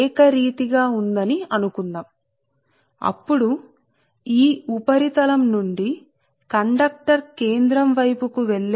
మనం ఈ కేంద్రం నుండి ఈ ఉపరితలం నుండి అని అనుకుందాం వాస్తవానికి మీరు కేంద్రం వైపుకు వెళితే సరే అపుడేమి జరుగును ఈ పెరుగుతూ ఉన్న లింక్ స్ తో కరెంట్ చిన్న మొత్తం లో ఎందుకంటే కరెంట్ డెన్సిటీ ఏకరీతిగా ఉందని మేము ఊ హిస్తున్నాము